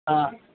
ആ